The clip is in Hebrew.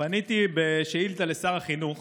פניתי בשאילתה לשר החינוך